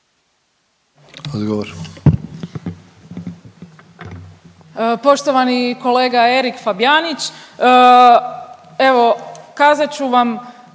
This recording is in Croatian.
Odgovor.